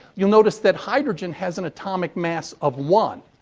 you'll notice that hydrogen has an atomic mass of one.